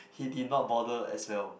he did not bother as well